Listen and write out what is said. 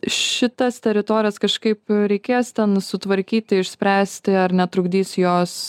šitas teritorijas kažkaip reikės ten sutvarkyti išspręsti ar netrukdys jos